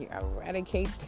eradicate